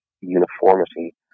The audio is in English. uniformity